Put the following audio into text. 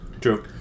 True